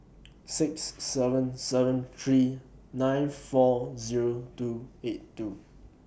six seven seven three nine four Zero two eight two